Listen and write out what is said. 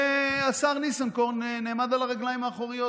והשר ניסנקורן נעמד על הרגליים האחוריות